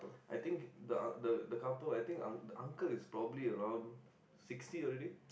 I think the unc~ the the couple I think the the uncle is probably around sixty already